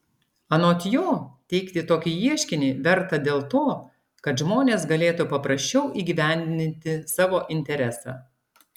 anot jo teikti tokį ieškinį verta dėl to kad žmonės galėtų paprasčiau įgyvendinti savo interesą